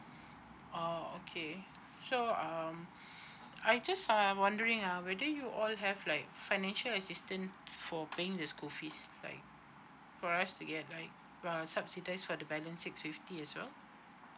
oh okay so um I just I I'm wondering ah whether you all have like financial assistant for paying the school fees like for us to get like uh subsidise for the balance six fifty as well